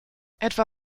etwa